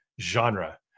genre